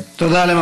אלהרר,